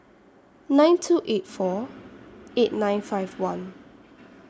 nine two eight four eight nine five one